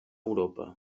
europa